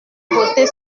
voter